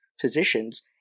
positions